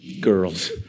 girls